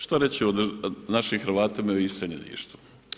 Šta reći o našim Hrvatima i iseljeništvu?